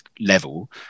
level